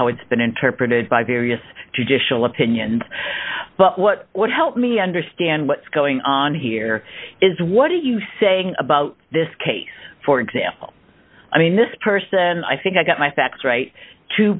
how it's been interpreted by various judicial opinions but what would help me understand what's going on here is what are you saying about this case for example i mean this person i think i got my